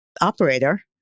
operator